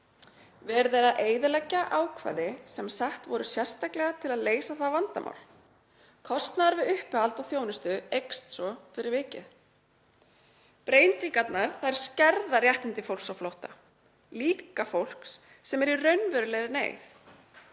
Verið er að eyðileggja ákvæði sem sett voru sérstaklega til að leysa það vandamál. Kostnaður við uppihald og þjónustu eykst svo fyrir vikið. Breytingarnar skerða réttindi fólks á flótta, líka fólks sem er í raunverulegri neyð.